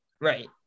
right